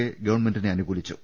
K ഗവൺമെന്റിനെ അനുകൂലിച്ചു